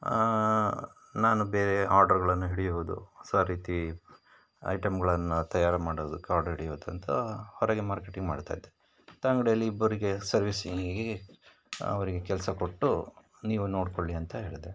ನಾನು ಬೇರೆ ಆರ್ಡರ್ಗಳನ್ನು ಹಿಡಿಯುವುದು ಹೊಸ ರೀತಿ ಐಟಮ್ಗಳನ್ನು ತಯಾರು ಮಾಡೋದು ಹೊರಗೆ ಮಾರ್ಕೆಟಿಂಗ್ ಮಾಡ್ತಾಯಿದ್ದೆ ತ ಅಂಗಡಿಯಲ್ಲಿ ಇಬ್ಬರಿಗೆ ಸರ್ವೀಸಿಂಗಿಗೆ ಅವರಿಗೆ ಕೆಲಸ ಕೊಟ್ಟು ನೀವು ನೋಡಿಕೊಳ್ಳಿ ಅಂತ ಹೇಳಿದೆ